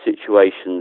situations